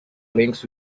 links